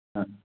हां